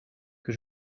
que